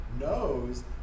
knows